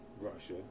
russia